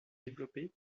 développée